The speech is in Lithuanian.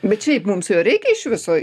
bet šiaip mums jo reikia iš viso